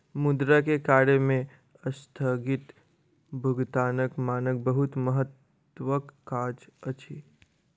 मुद्रा के कार्य में अस्थगित भुगतानक मानक बहुत महत्वक काज अछि